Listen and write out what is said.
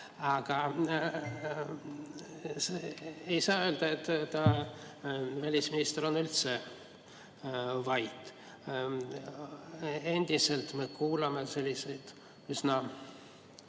Aga ei saa öelda, et välisminister on üldse vait. Endiselt me kuuleme selliseid üsna